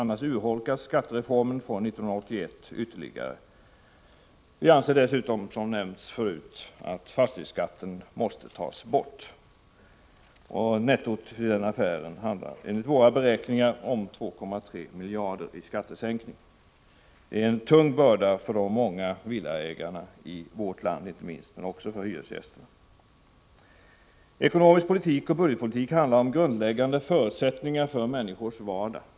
Annars urholkas skattereformen från 1981 ytterligare. Vi anser dessutom, som nämnts förut, att fastighetsskatten måste tas bort. Nettot härvidlag handlar enligt våra beräkningar om 2,3 miljarder i skattesänkning. Fastighetsskatten är en tung börda inte minst för de många villaägarna i vårt land, men också för hyresgästerna. Ekonomisk politik och budgetpolitik handlar om grundläggande förutsättningar för människors vardag.